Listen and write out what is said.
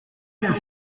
quelle